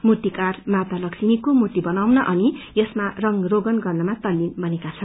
मूर्तिकार माता लक्ष्मीको मूर्ति बनाउन अनि यसमा रंगरोगन गर्नमा तल्लीन बनेका छन्